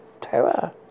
Terror